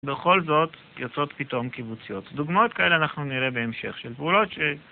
בכל זאת יוצאות פתאום קיבוציות, דוגמאות כאלה אנחנו נראה בהמשך בעוד ש